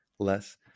less